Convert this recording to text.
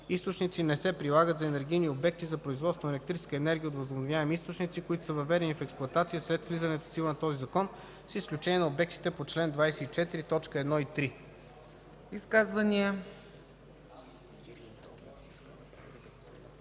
източници не се прилагат за енергийните обекти за производство на електрическа енергия от възобновяеми източници, които са въведени в експлоатация след влизането в сила на този закон, с изключение на обектите по чл. 24, т.